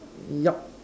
yup